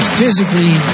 physically